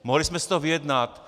Mohli jsme si to vyjednat.